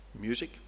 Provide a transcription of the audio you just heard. Music